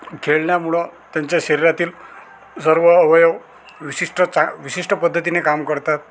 खेळण्यामुळं त्यांच्या शरीरातील सर्व अवयव विशिष्ट चा विशिष्ट पद्धतीने काम करतात